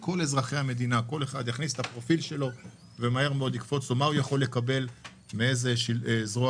משום מה אנחנו ב-2021 במצב שבו הנושא של אזורי